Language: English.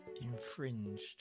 Infringed